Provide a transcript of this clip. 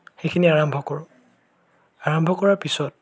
সেইখিনি আৰম্ভ কৰোঁ আৰম্ভ কৰাৰ পিছত